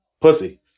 pussy